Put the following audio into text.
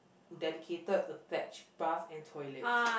dedicated attached bath and toilet